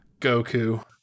Goku